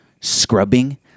scrubbing